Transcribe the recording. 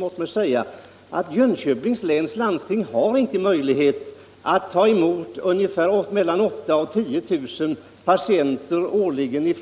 Låt mig då säga: Jönköpings läns landsting har inte möjlighet att ta emot mellan 8 000 och 10 000 patienter årligen